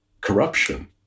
corruption